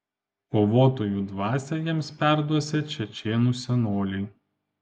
kovotojų dvasią jiems perduosią čečėnų senoliai